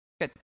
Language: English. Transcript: good